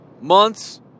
months